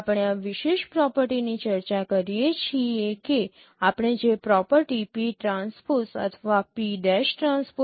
આપણે આ વિશેષ પ્રોપર્ટીની ચર્ચા કરીએ છીએ કે આપણે જે પ્રોપર્ટી PT અથવા P'TFP